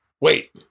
wait